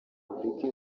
afurika